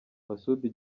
masud